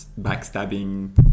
backstabbing